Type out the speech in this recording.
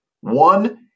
One